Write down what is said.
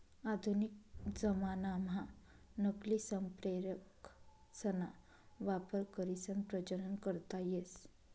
आधुनिक जमानाम्हा नकली संप्रेरकसना वापर करीसन प्रजनन करता येस